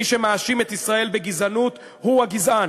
מי שמאשים את ישראל בגזענות, הוא הגזען.